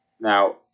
Now